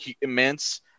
immense